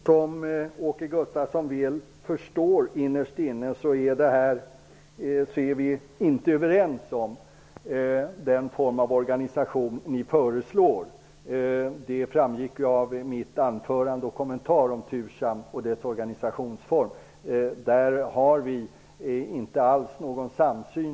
Herr talman! Som Åke Gustavsson väl förstår innerst inne är vi inte överens om den form av organisation ni föreslår. Det framgick av mitt anförande och kommentar om Tursam och dess organisationsform. Där har vi inte alls någon samsyn.